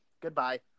goodbye